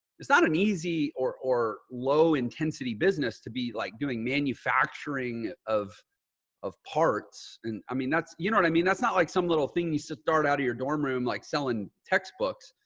it's not an easy or, or low intensity business to be like doing manufacturing of of parts. and i mean, that's, you know what i mean? that's not like some little thing needs to start out of your dorm room, like selling textbooks.